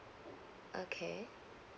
okay